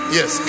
Yes